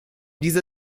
diese